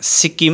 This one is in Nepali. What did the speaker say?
सिक्किम